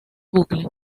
bucle